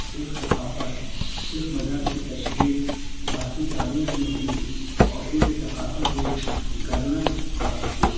سکھ ثقافت سکھ مذہب کی تشکیل بھارتی تاریخ میں ہوئی اور ان کے ثقافت میں صاحب کی